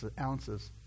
ounces